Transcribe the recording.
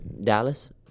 Dallas